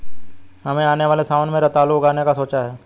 हमने आने वाले सावन में रतालू उगाने का सोचा है